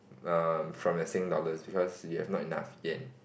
um from your Sing dollars because you have not enough Yen